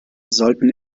sollten